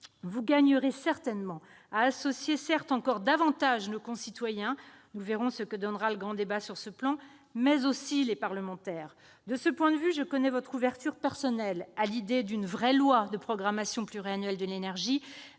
vous gagneriez certainement à associer encore davantage nos concitoyens- à cet égard, nous verrons ce que donnera le grand débat -, mais aussi les parlementaires. De ce point de vue, je connais votre ouverture personnelle à l'idée d'une véritable loi de programmation pluriannuelle de l'énergie,